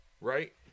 right